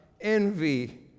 envy